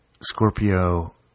Scorpio